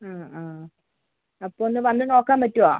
ആ ആ അപ്പോൾ ഒന്നു വന്നു നോക്കാൻ പറ്റുമോ